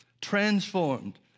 Transformed